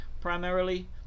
primarily